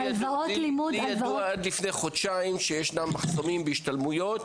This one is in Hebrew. לי ידוע עד לפני חודשיים שיש מחסומים בהשתלמויות.